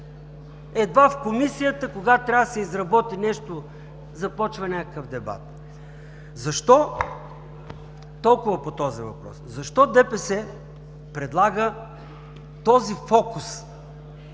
Едва в Комисията, когато трябва да се изработи нещо, започва някакъв дебат. Толкова по този въпрос. Защо ДПС предлага този фокус